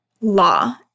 law